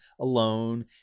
alone